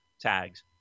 tags